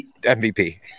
MVP